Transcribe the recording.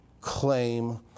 claim